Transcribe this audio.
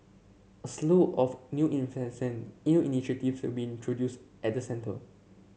a slew of new new initiatives will be introduced at the centre